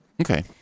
Okay